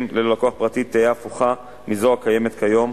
ללקוח פרטי תהיה הפוכה מזו הקיימת כיום,